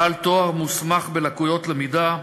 בעל תואר מוסמך בלקויות למידה,